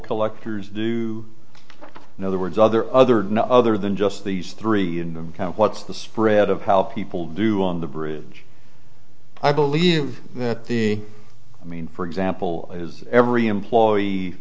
collectors do in other words other other other than just these three and what's the spread of how people do on the bridge i believe that the i mean for example is every employee